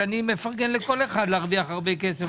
שאני מפרגן לכל אחד להרוויח הרבה כסף,